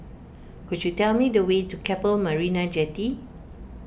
could you tell me the way to Keppel Marina Jetty